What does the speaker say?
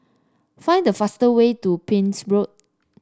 find the fastest way to Pepys Road